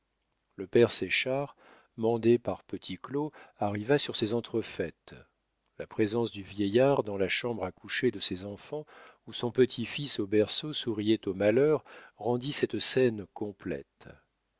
le père séchard mandé par petit claud arriva sur ces entrefaites la présence du vieillard dans la chambre à coucher de ses enfants où son petit-fils au berceau souriait au malheur rendit cette scène complète